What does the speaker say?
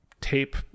tape